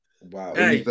Wow